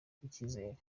rw’icyizere